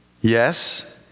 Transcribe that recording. Yes